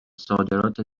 صادرات